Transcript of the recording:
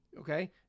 Okay